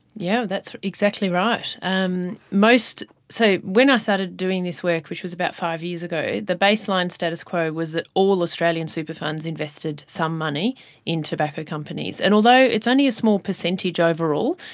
yeah that's exactly right. and so when i started doing this work, which was about five years ago, the baseline status quo was that all australian super funds invested some money in tobacco companies. and although it's only a small percentage overall,